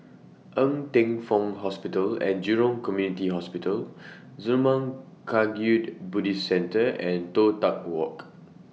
Ng Teng Fong Hospital and Jurong Community Hospital Zurmang Kagyud Buddhist Centre and Toh Tuck Walk